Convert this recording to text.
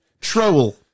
Troll